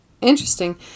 Interesting